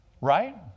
Right